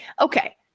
okay